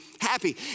happy